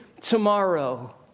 Tomorrow